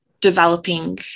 developing